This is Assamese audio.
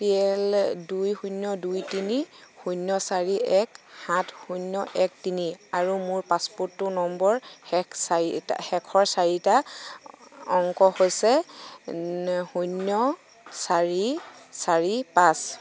পি এল দুই শূন্য দুই তিনি শূন্য চাৰি এক সাত শূন্য এক তিনি আৰু মোৰ পাছপোৰ্ট নম্বৰ শেষ চৰিটা শেষৰ চাৰিটা অংক হৈছে শূন্য চাৰি চাৰি পাঁচ